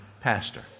pastor